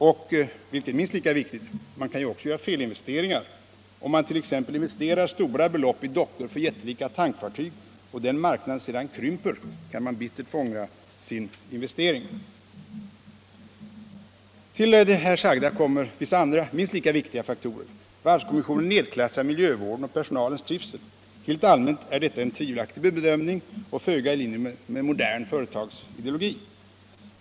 Och -— vilket är minst lika viktigt — man kan också göra felinvesteringar. Om man t.ex. investerar stora belopp i dockor för jättelika tankfartyg och den marknaden sedan krymper, så kan man få bittert ångra sin investering. Härtill kommer vissa andra minst lika viktiga faktorer. Varvskommissionen nedklassar miljövården och personalens trivsel. Helt allmänt är detta en tvivelaktig bedömning och föga i linje med modern företagsideologi.